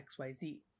XYZ